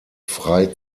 frei